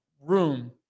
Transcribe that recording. room